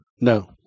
No